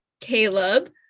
caleb